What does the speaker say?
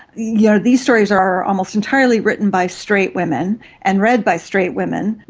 yeah these stories are almost entirely written by straight women and read by straight women,